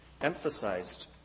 emphasized